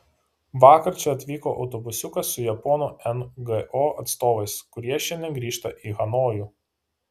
vakar čia atvyko autobusiukas su japonų ngo atstovais kurie šiandien grįžta į hanojų